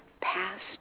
past